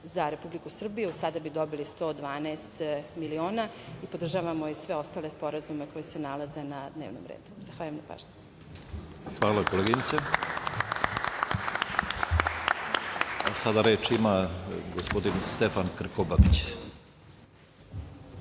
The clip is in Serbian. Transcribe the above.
za Republiku Srbiju. Sada bi dobili 112 miliona. Podržavamo i sve ostale sporazume koji se nalaze na dnevnom redu. Hvala najlepše. **Jovan Janjić** Hvala, koleginice. Sada reč ima gospodin Stefan Krkobabić.